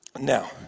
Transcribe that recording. Now